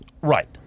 Right